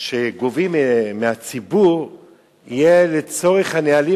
שגובים מהציבור יהיה לצורך הנהלים